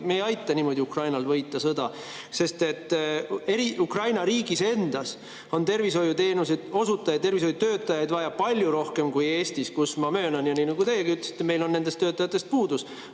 me ei aita niimoodi Ukrainal võita sõda. Sest Ukraina riigis endas on tervishoiuteenuse osutajaid ja tervishoiutöötajaid vaja palju rohkem kui Eestis, kus, ma möönan, nii nagu teiegi ütlesite, meil on nendest töötajatest puudus.